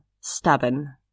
stubborn